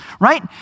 right